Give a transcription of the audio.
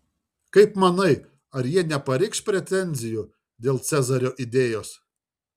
kaip manai ar jie nepareikš pretenzijų dėl cezario idėjos